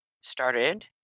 started